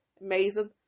amazing